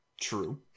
True